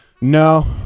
No